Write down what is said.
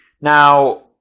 Now